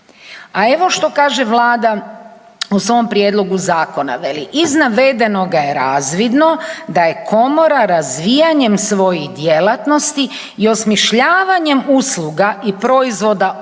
A evo što kaže Vlada u svom prijedlogu zakona. Veli iz navedenoga je razvidno da je komora razvijanjem svojih djelatnosti i osmišljavanjem usluga i proizvoda u